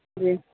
جی